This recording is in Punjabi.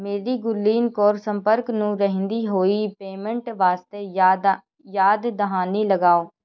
ਮੇਰੀ ਗੁਰਲੀਨ ਕੌਰ ਸੰਪਰਕ ਨੂੰ ਰਹਿੰਦੀ ਹੋਈ ਪੇਮੈਂਟ ਵਾਸਤੇ ਯਾਦਾ ਯਾਦ ਦਹਾਨੀ ਲਗਾਓ